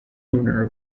owner